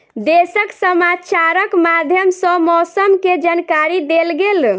देशक समाचारक माध्यम सॅ मौसम के जानकारी देल गेल